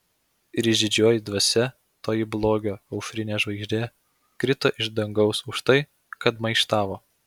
ir išdidžioji dvasia toji blogio aušrinė žvaigždė krito iš dangaus už tai kad maištavo